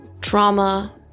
Trauma